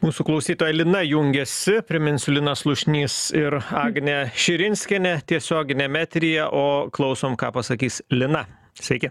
mūsų klausytoja lina jungiasi priminsiu linas slušnys ir agnė širinskienė tiesioginiam eteryje o klausom ką pasakys lina sveiki